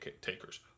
takers